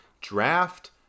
draft